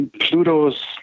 Pluto's